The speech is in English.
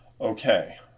okay